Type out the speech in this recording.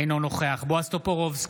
אינו נוכח בועז טופורובסקי,